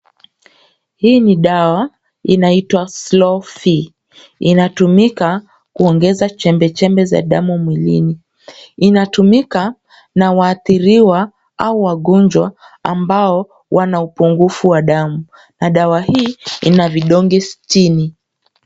Hii ni dawa inaitwa Slow Fe. Inatumika kuongeza chembechembe za damu mwilini. Inatumika na waadhiriwa au wagonjwa ambao wana upungufu wa damu. Na dawa hii ina vidonge sitini.